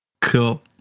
Cool